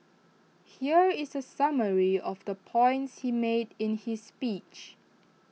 here is A summary of the points he made in his speech